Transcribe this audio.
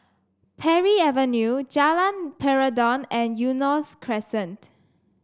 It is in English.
Parry Avenue Jalan Peradun and Eunos Crescent